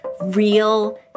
real